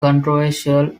controversial